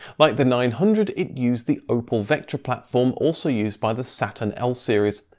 like the nine hundred it used the opel vectra platform also used by the saturn l-series.